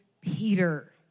Peter